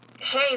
hey